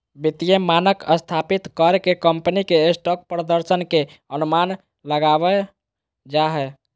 वित्तीय मानक स्थापित कर के कम्पनी के स्टॉक प्रदर्शन के अनुमान लगाबल जा हय